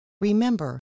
Remember